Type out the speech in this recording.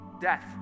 death